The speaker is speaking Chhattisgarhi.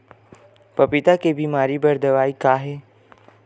पपीता के बीमारी बर दवाई का हे?